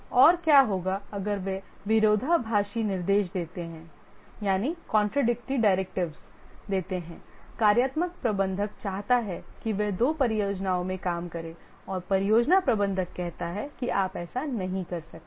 और क्या होगा अगर वे विरोधाभासी निर्देश देते हैं कार्यात्मक प्रबंधक चाहता है कि वह दो परियोजनाओं में काम करें और परियोजना प्रबंधक कहता है कि आप ऐसा नहीं कर सकते